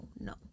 no